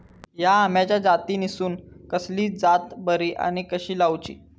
हया आम्याच्या जातीनिसून कसली जात बरी आनी कशी लाऊची?